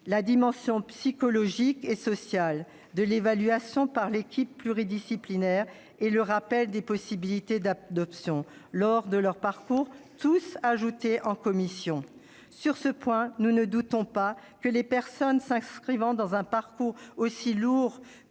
la dimension psychologique et sociale de l'évaluation par l'équipe pluridisciplinaire et le rappel des possibilités d'adoption lors de leur parcours. Sur ce point, nous ne doutons pas que les personnes s'inscrivant dans un protocole aussi lourd